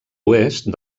oest